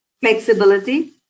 flexibility